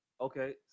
Okay